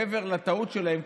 מעבר לטעות שלהם,